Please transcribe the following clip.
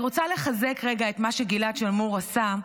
אני רוצה לחזק את מה שגלעד שלמור עשה,